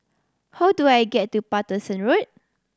how do I get to Paterson Road